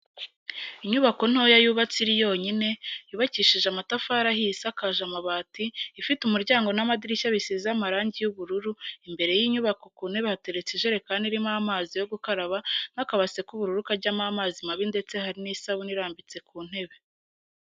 Inyubako ntoya yubatse iri yonyine, yubakishije amatafari ahiye isakaje amabati ifite umuryango n'amadirishya bisize amarangi y'ubururu, imbere y'inyubako ku ntebe hateretse ijerekani irimo amazi yo gukaraba n'akabase k'ubururu kajyamo amazi mabi ndetse hari n'isabuni irambitse ku ntebe.